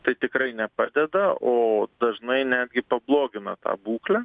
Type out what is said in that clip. tai tikrai nepadeda o dažnai netgi pablogina tą būklę